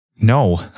No